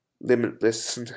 limitless